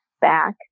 back